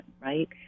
right